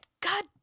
God